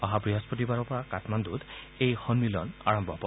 অহা বৃহস্পতিবাৰৰ পৰা কাঠমাণ্ডুত এই সন্মিলন আৰম্ভ হ'ব